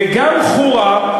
וגם חורה,